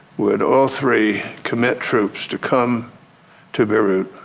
would all three commit troops to come to beirut